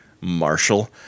Marshall